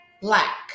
black